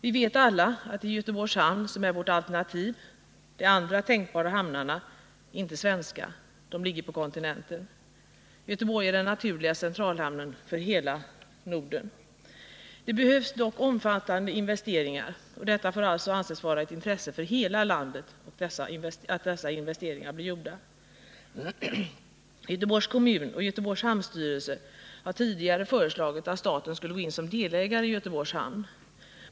Vi vet alla att det är Göteborgs hamn som är vårt alternativ. De andra tänkbara hamnarna är inte svenska, de ligger på kontinenten. Göteborg är den naturliga centralhamnen för hela Norden. Det behövs dock omfattande investeringar, och det får alltså anses vara ett intresse för hela landet att dessa investeringar blir gjorda. Göteborgs kommun och Göteborgs hamnstyrelse har tidigare föreslagit att staten skulle gå in som delägare i Göteborgs hamn.